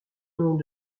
noms